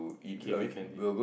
okay we can did